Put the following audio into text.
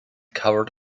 covered